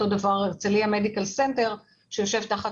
אותו דבר לגבי הרצליה מדיקל סנטר שיושב תחת